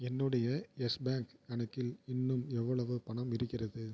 என்னுடைய Yes Bank கணக்கில் இன்னும் எவ்வளவு பணம் இருக்கிறது